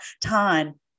time